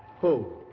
who?